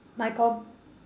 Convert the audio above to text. my com~